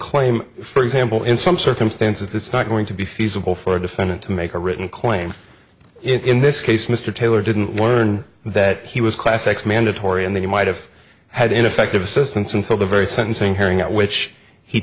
claim for example in some circumstances it's not going to be feasible for a defendant to make a written claim in this case mr taylor didn't learn that he was class x mandatory and they might have had ineffective assistance until the very sentencing hearing at which he